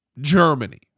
Germany